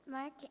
Mark